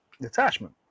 Detachment